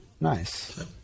Nice